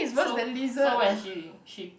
so so when she she